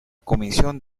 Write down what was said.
comisión